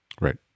Right